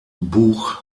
buch